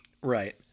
Right